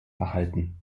erhalten